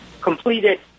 completed